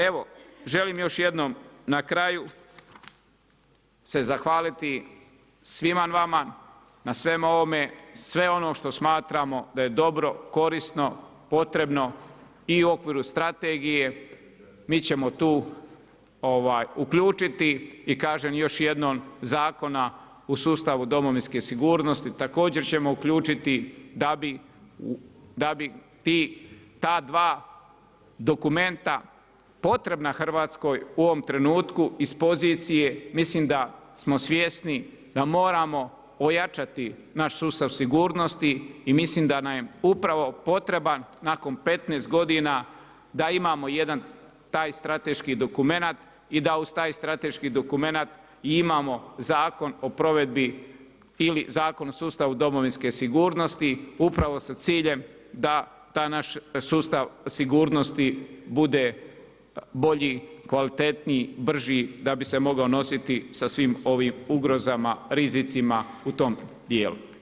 Evo, želim još jednom, na kraju se zahvaliti svima vama, na svemu ovome, sve ono što smatramo da je dobro, korisno, potrebno i u okviru strategije, mi ćemo tu uključiti i kažem još jednom Zakona u sustavu domovinske sigurnosti, također ćemo uključiti da bi ti, ta dva dokumenta potrebna Hrvatskoj u ovom trenutku iz pozicije, mislim da smo svjesni da moramo ojačati naš sustav sigurnosti, i mislim da nam je upravo potreban nakon 15 godina da imamo jedan taj strateški dokumenat i da uz taj strateški dokumenat i imamo Zakon o provedbi ili Zakon o sustavu domovinske sigurnosti upravo sa ciljem da taj naš sustav sigurnosti bude bolji, kvalitetniji, brži, da bi se mogao nositi sa svim ovim ugrozama, rizicima u tom dijelu.